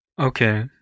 Okay